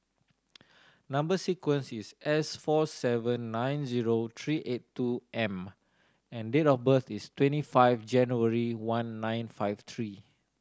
number sequence is S four seven nine zero three eight two M and date of birth is twenty five January one nine five three